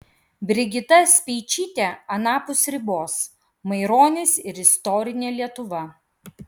brigita speičytė anapus ribos maironis ir istorinė lietuva